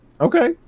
Okay